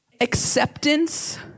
acceptance